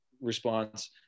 response